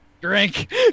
Drink